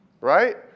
Right